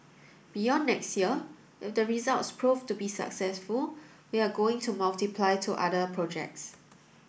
beyond next year if the results proved to be successful we are going to multiply to other projects